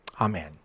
Amen